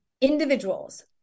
individuals